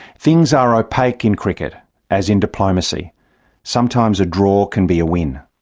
things are opaque in cricket, as in diplomacy sometimes a draw can be a win.